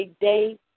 day